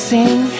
Sing